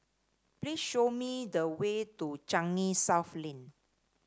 please show me the way to Changi South Lane